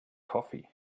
coffee